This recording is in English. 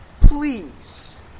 please